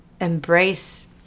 embrace